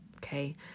Okay